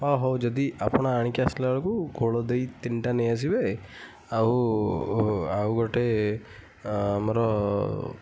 ହଁ ହଉ ଯଦି ଆପଣ ଆଣିକି ଆସିଲା ବେଳକୁ ଘୋଳ ଦହି ତିନିଟା ନେଇ ଆସିବେ ଆଉ ଆଉ ଗୋଟେ ଆମର